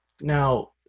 Now